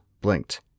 Blinked